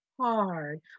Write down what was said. hard